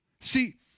See